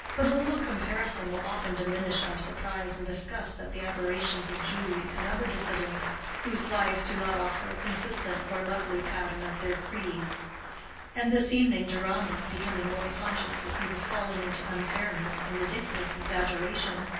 but a little comparison will often diminish our surprise and disgust at the aberrations of jews and other dissidents whose lives do not offer a consistent or lovely pattern of their creed and this evening deronda, becoming more conscious that he was falling into unfairness and ridiculous exaggeration,